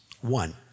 One